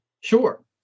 Sure